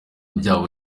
byabo